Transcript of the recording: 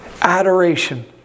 Adoration